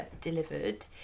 delivered